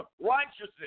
righteousness